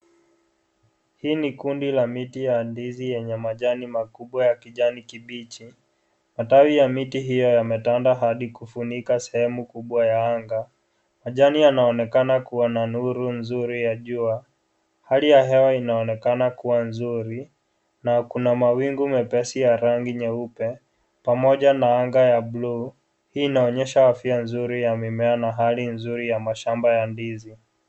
Hii ni kundi la miti ya ndizi yenye majani makubwa ya kijani kibichi. Matawi ya miti hiyo yametanda hadi kufunika sehemu kubwa ya anga. Majani yanaonekana kuwa na nuru nzuri ya jua. Hali ya hewa inaoenakana kuwa nzuri na kuna mawingu mepesi ya rangi nyeupe pamoja na anga ya bluu. Hii inaonyesha afya nzuri ya mimea na hali nzuri ya mashamba ya ndizi.